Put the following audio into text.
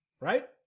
right